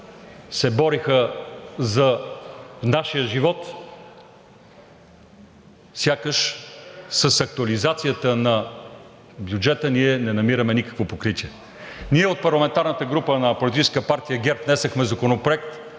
се бореха за нашия живот, сякаш с актуализацията на бюджета ние не намираме никакво покритие. Ние от парламентарната група на Политическа партия ГЕРБ внесохме Законопроект,